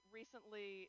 recently